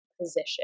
position